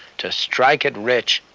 to strike it rich,